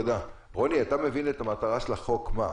רוני, מהי מטרת החוק?